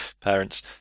parents